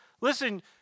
Listen